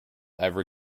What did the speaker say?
ever